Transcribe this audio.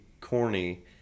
corny